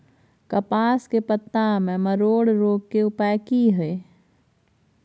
कपास के पत्ता में मरोड़ रोग के उपाय की हय?